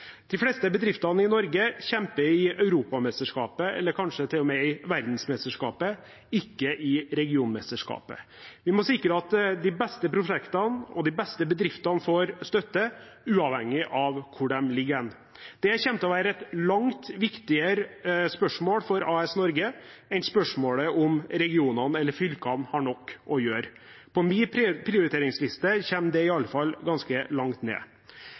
De fleste bedrifter i Norge kjemper i europamesterskapet eller kanskje til og med i verdensmesterskapet, ikke i regionmesterskapet. Vi må sikre at de beste prosjektene og de beste bedriftene får støtte, uavhengig av hvor de ligger hen. Det kommer til å være et langt viktigere spørsmål for AS Norge enn spørsmålet om regionene eller fylkene har nok å gjøre. På min prioriteringsliste kommer det iallfall ganske langt ned.